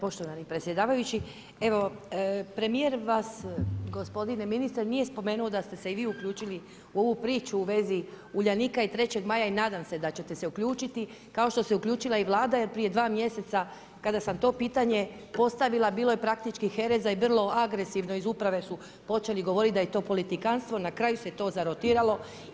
Poštovani predsjedavajući, evo, premjer vas gospodine ministre, nije spomenuo, da ste se i vi uključili u ovu priču u vezi Uljanika i Trećeg maja i nadam se da ćete se uključiti, kao što se uključila i Vlada, jer prije 2 mjeseca, kada sam to pitanje postavila, bilo je praktički hereza i vrlo agresivno iz uprave su počeli govoriti da je to politikantstvo, na kraju se to zarotiralo.